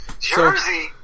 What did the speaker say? Jersey